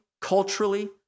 culturally